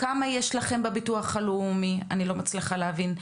כמה כאלה יש לכם בביטוח הלאומי את זה אני לא מצליחה להבין,